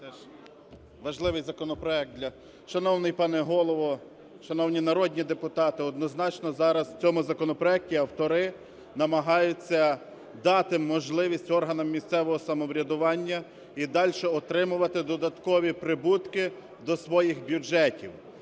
17:03:57 БАКУНЕЦЬ П.А. Шановний пане Голово! Шановні народні депутати! Однозначно зараз в цьому законопроекті автори намагаються дати можливість органам місцевого самоврядування і далі отримувати додаткові прибутки до своїх бюджетів.